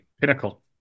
Pinnacle